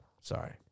Sorry